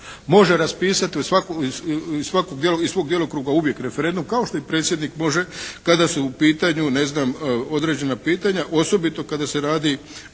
može raspisati iz svog djelokruga uvijek referendum kao što i predsjednik može kada su u pitanju ne znam određena pitanja osobito kada se radi